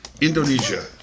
Indonesia